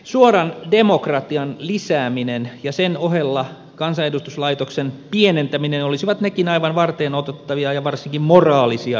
suoran demokratian lisääminen ja sen ohella kansanedustuslaitoksen pienentäminen olisivat nekin aivan varteenotettavia ja varsinkin moraalisia säästökeinoja